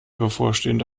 bevorstehende